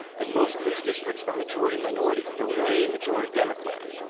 and most of these districts are majority-minority, but they're way majority democrat.